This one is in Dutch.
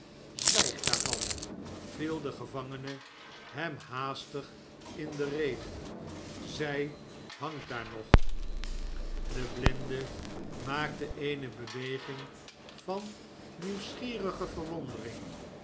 szwijgdaarvan yiel de gevangene hem haastig in de rede zij hangt daar nog de blinde maakte eene beweging van nieuwsgierige verwondering